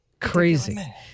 Crazy